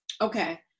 Okay